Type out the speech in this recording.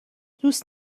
دوست